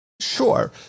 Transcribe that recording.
Sure